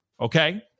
Okay